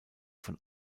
von